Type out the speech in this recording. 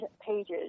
pages